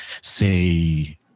say